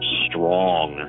strong